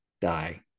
die